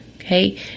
Okay